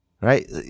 Right